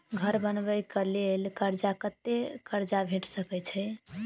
घर बनबे कऽ लेल कर्जा कत्ते कर्जा भेट सकय छई?